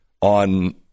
on